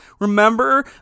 Remember